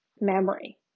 memory